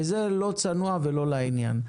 וזה לא צנוע ולא לעניין.